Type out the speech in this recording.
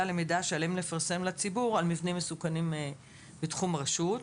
למידע שעליהם לפרסם לציבור על מבנים מסוכנים בתחום הרשות.